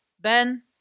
ben